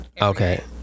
okay